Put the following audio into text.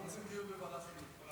רוצים דיון בוועדת חינוך.